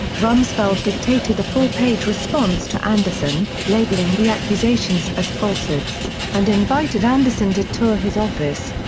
rumsfeld dictated a four-page response to anderson, labeling the accusations as falsehoods, and invited anderson to tour his office.